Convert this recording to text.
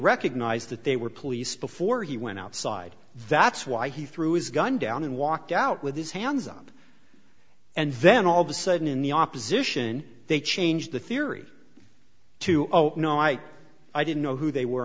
recognized that they were police before he went outside that's why he threw his gun down and walked out with his hands up and then all of a sudden in the opposition they changed the theory to oh no i i didn't know who they were